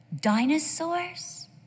Dinosaurs